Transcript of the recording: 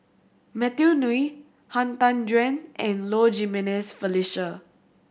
Matthew Ngui Han Tan Juan and Low Jimenez Felicia